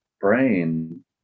brain